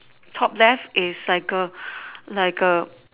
top left is like a like A